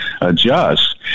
adjust